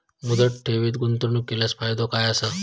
मुदत ठेवीत गुंतवणूक केल्यास फायदो काय आसा?